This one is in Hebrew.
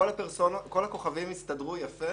כל הכוכבים הסתדרו יפה